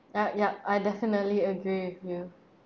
yup yup I definitely agree with you